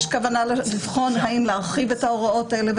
יש כוונה לבחון אם להרחיב את ההוראות האלה.